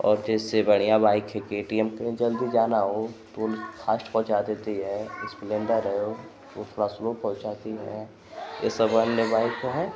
और जैसे बढ़ियाँ बाइक़ है के टी एम जैसे जल्दी जाना हो तो फ़ास्ट पहुँचा देती है स्प्लेन्डर है वह थोड़ा स्लो पहुँचाती है यह सब अन्य बाइक़ है